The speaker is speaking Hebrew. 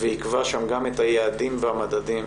ויקבע שם גם את היעדים והמדדים